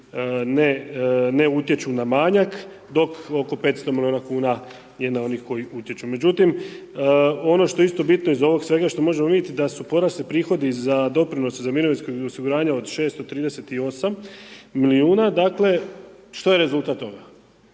ne utječu na manjak, dok oko 500 milijuna kn, je na onih koji utječu. Međutim, ono što je isto bitno iz ovog svega, što možemo vidjeti, da su porasli prihodi za doprinose, za mirovinsko osiguranje od 638 milijuna. Dakle što je rezultat toga?